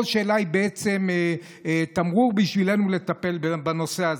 כל שאלה היא בעצם תמרור בשבילנו לטפל בנושא,